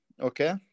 Okay